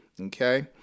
okay